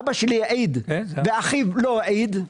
אבא שלי העיד, ואחיו לא העיד.